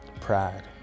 pride